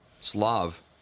Slav